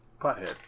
pothead